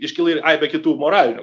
iškyla ir aibė kitų moralinių